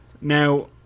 now